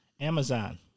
Amazon